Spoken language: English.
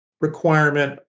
requirement